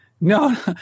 No